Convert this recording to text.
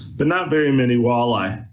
but not very many walleye.